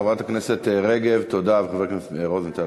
חברת הכנסת רגב וחבר הכנסת רוזנטל,